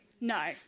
No